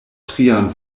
trian